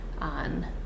on